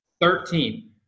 Thirteen